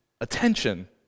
attention